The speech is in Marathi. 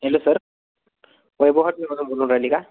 हॅलो सर बोलून राहिली का